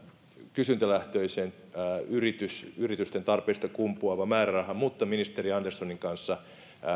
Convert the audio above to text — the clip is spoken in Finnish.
kysyntälähtöinen yritysten yritysten tarpeista kumpuava määräraha mutta ministeri anderssonin kanssa